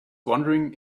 wondering